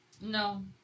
No